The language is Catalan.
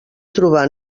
trobar